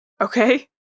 okay